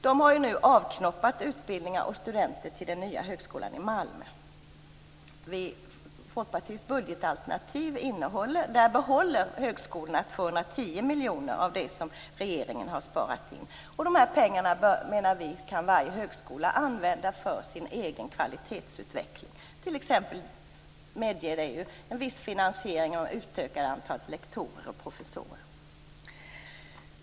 Det har nu avknoppat utbildningar och studenter till den nya högskolan i Malmö. Enligt Folkpartiets budgetalternativ behåller högskolorna 210 miljoner av det som regeringen har sparat in. De pengarna menar vi att varje högskola kan använda för sin egen kvalitetsutveckling, t.ex. medger det en viss finansiering av ett utökat antal lektorer och professorer.